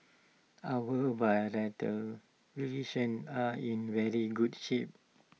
our bilateral relations are in very good shape